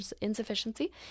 insufficiency